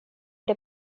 det